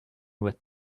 with